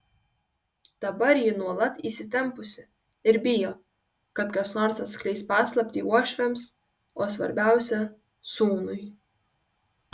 dabar ji nuolat įsitempusi ir bijo kad kas nors atskleis paslaptį uošviams o svarbiausia sūnui